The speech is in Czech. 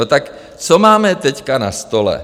Tak co máme teď na stole?